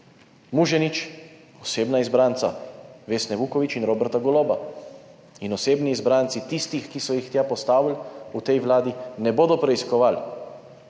Muženič osebna izbranca Vesne Vuković in Roberta Goloba. In osebni izbranci tistih, ki so jih tja postavili v tej Vladi, ne bodo preiskovali.